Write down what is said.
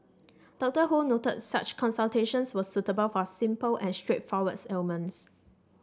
Dr Ho noted that such consultations are suitable for simple and straightforward ailments